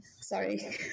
Sorry